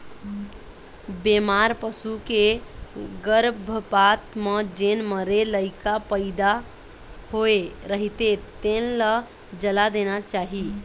बेमार पसू के गरभपात म जेन मरे लइका पइदा होए रहिथे तेन ल जला देना चाही